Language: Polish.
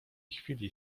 chwili